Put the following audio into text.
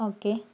okay